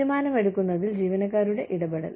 തീരുമാനമെടുക്കുന്നതിൽ ജീവനക്കാരുടെ ഇടപെടൽ